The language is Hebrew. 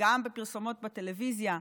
גם בפרסומות בטלוויזיה,